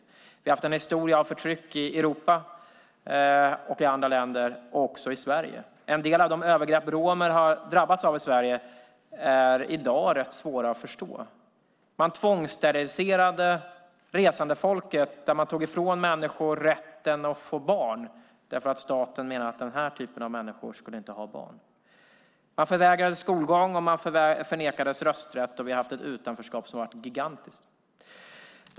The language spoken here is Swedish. Det har funnits en historia av förtryck i Europa och i andra länder, också i Sverige. En del av de övergrepp som romer drabbades av i Sverige är i dag rätt svåra att förstå. Man tvångssteriliserade resandefolket och tog ifrån människor rätten att få barn därför att staten menade att den typen av människor inte skulle ha barn. De förvägrades skolgång och nekades rösträtt. Det har funnits ett utanförskap som har varit gigantiskt.